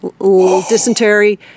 dysentery